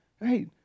right